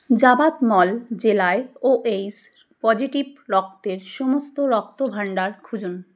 জাবাদমল জেলায় ও H positive রক্তের সমস্ত রক্তভাণ্ডার খুঁজুন